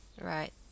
Right